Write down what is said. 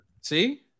See